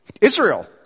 Israel